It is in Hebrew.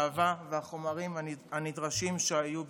האהבה והחומרים הנדרשים שהיו שברשותם.